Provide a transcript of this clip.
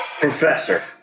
Professor